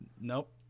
Nope